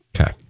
Okay